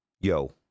Yo